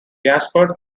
gaspard